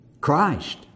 Christ